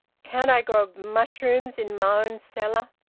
can't i grow mushrooms in my own cellar?